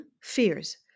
fears